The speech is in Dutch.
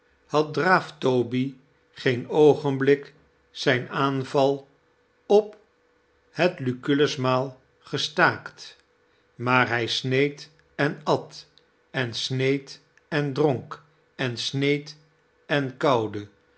had draaftoby geen oogenblik zijn aanval op het lucullusmaal gestaakt maar hij sneed en at en sneed en dronk en sneed en kauwde